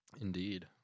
Indeed